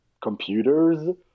computers